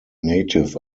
native